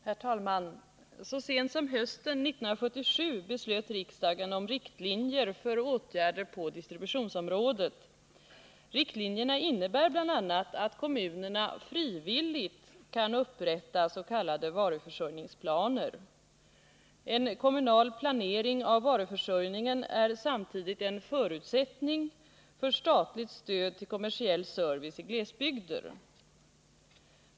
Herr talman! Så sent som hösten 1977 beslöt riksdagen om riktlinjer för åtgärder på distributionsområdet. Riktlinjerna innebär bl.a. att kommunerna frivilligt kan upprätta s.k. varuförsörjningsplaner. En kommunal planering av varuförsörjningen är samtidigt en förutsättning för statligt stöd till kommersiell service i glesbygder.